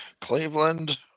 Cleveland